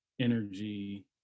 energy